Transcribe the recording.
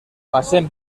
passem